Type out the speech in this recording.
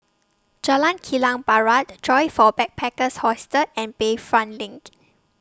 Jalan Kilang Barat Joyfor Backpackers' Hostel and Bayfront LINK